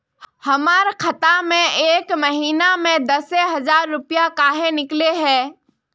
हमर खाता में एक महीना में दसे हजार रुपया काहे निकले है?